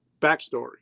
backstory